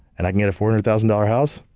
and i can get a four hundred thousand dollars house?